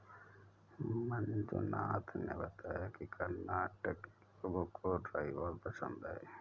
मंजुनाथ ने बताया कि कर्नाटक के लोगों को राई बहुत पसंद है